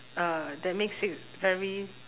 uh that makes it very